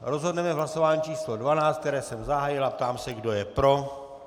Rozhodneme v hlasování číslo 12, které jsem zahájil, a ptám se, kdo je pro.